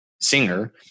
singer